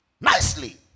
Nicely